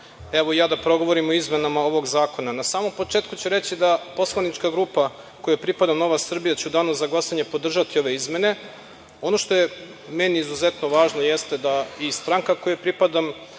i ja da progovorim o izmenama ovog zakona. Na samom početku ću reći da poslanička grupa kojoj pripada Nova Srbija će u danu za glasanje podržati ove izmene. Ono što je meni izuzetno važno jeste da i stranka kojoj pripadam,